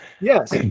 yes